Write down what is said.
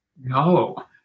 No